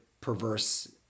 perverse